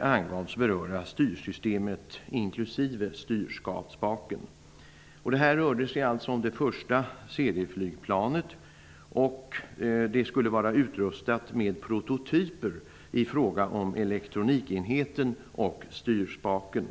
angavs beröra styrsystemet, inklusive styrspaken. Det här rörde sig alltså om det första serieflygplanet. Det skulle vara utrustat med prototyper i fråga om elektronikenheten och styrspaken.